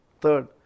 third